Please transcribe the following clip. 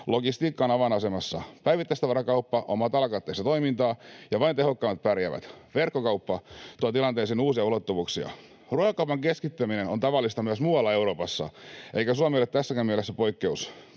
logistiikka on avainasemassa. Päivittäistavarakauppa on matalakatteista toimintaa, ja vain tehokkaat pärjäävät. Verkkokauppa tuo tilanteeseen uusia ulottuvuuksia. Ruokakaupan keskittyminen on tavallista myös muualla Euroopassa, eikä Suomi ole tässäkään mielessä poikkeus.